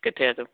ਕਿੱਥੇ ਆ ਤੂੰ